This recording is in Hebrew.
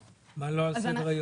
מה לא על סדר היום?